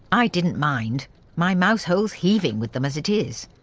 i didn't mind my mouse hole's heaving with them as it is.